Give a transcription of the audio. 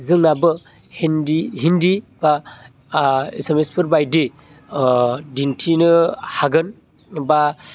जोंनाबो हिन्दी बा ओ एसामिसफोरबायदि ओ दिन्थिनो हागोन बा